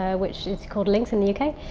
ah which is called linx in the uk.